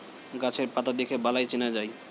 গাছের পাতা দেখে বালাই চেনা যায়